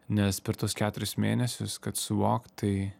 nes per tuos keturis mėnesius kad suvokt tai